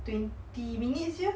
twenty minutes here